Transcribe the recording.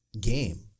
game